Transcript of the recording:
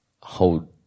Hold